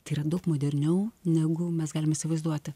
tai yra daug moderniau negu mes galim įsivaizduoti